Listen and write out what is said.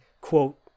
quote